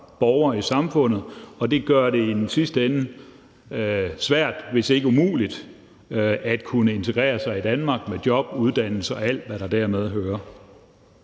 borgere i samfundet, og det gør det i den sidste ende svært, hvis ikke umuligt, at integrere sig i Danmark med job, uddannelse og alt, hvad der dertil hører.